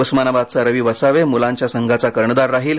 उस्मानाबादचा रवी वसावे मुलांच्या संघाचा कर्णधार राहील